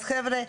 אז חבר'ה,